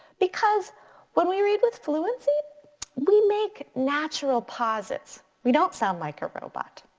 because when we read with fluency we make natural pauses. we don't sound like a robot.